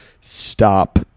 Stop